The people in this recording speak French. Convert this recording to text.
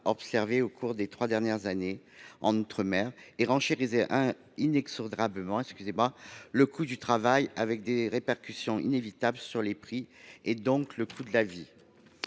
observée au cours des trois dernières années en outre mer et renchérirait inexorablement le coût du travail avec des répercussions inévitables sur les prix, donc sur le coût de la vie.